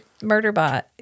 Murderbot